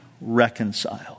reconciled